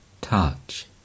touch